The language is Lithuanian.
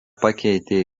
pakeitė